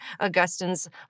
Augustine's